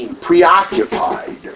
preoccupied